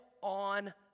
on